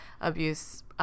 abuse